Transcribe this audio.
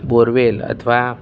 borewell અથવા